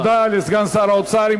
תודה לסגן שר האוצר.